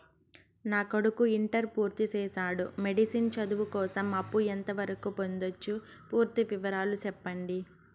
నా కొడుకు ఇంటర్ పూర్తి చేసాడు, మెడిసిన్ చదువు కోసం అప్పు ఎంత వరకు పొందొచ్చు? పూర్తి వివరాలు సెప్పండీ?